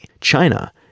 China